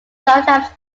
sometimes